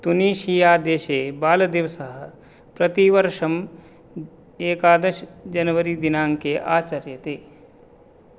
तुनीशियादेशे बालदिवसः प्रतिवर्षम् एकादश जनवरी दिनाङ्के आचर्यते